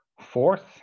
Fourth